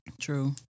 True